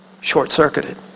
short-circuited